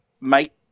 make